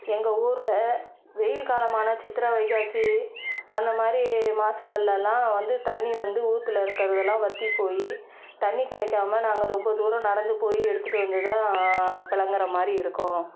எங்கள் ஊரில் வெயில் காலமான சித்திரை வைகாசி அந்தமாதிரி மாதங்கள்லலாம் வந்து தண்ணி வந்து ஊற்றுல இருக்கிறதெல்லாம் வற்றி போய் தண்ணி கிடைக்காம நாங்கள் ரொம்ப தூரம் நடந்து போய் எடுத்துகிட்டு வந்து தான் புலங்குற மாதிரி இருக்கும்